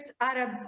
Arab